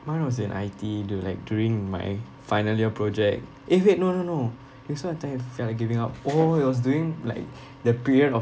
mine was in I_T du~ like during my final year project eh wait no no no this [one] until I felt like giving up oh it was during like the period of